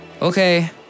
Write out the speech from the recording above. Okay